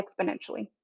exponentially